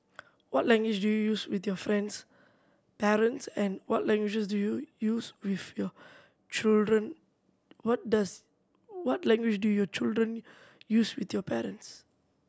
what language do you use with your friends parents and what language do you use with your children what does what language do your children use with your parents